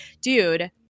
dude